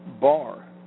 bar